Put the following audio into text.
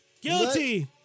Guilty